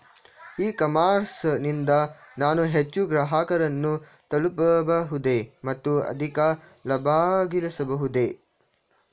E commerce ನಿಂದ ನಾನು ಹೆಚ್ಚು ಗ್ರಾಹಕರನ್ನು ತಲುಪಬಹುದೇ ಮತ್ತು ಅಧಿಕ ಲಾಭಗಳಿಸಬಹುದೇ?